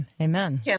Amen